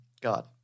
God